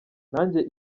nange